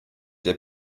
der